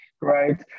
right